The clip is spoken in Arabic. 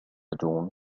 جون